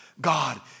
God